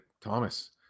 Thomas